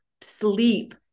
sleep